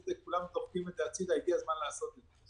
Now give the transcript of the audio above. כולם דוחקים את זה, אבל הגיע הזמן לעשות את זה.